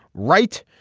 right.